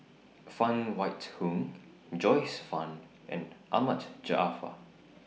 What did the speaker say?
Phan Wait Hong Joyce fan and Ahmad Jaafar